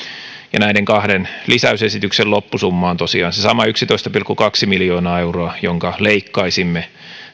näiden kahden lisäysesityksen loppusumma on tosiaan se sama yksitoista pilkku kaksi miljoonaa euroa jonka leikkaisimme